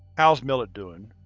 how's millet doing?